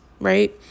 Right